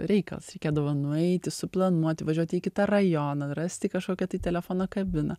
reikalas reikėdavo nueiti suplanuoti važiuoti į kitą rajoną rasti kažkokią tai telefono kabiną